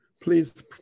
please